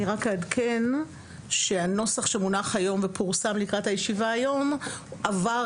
אני רק אעדכן שהנוסח שמונח היום ופורסם לקראת הישיבה היום עבר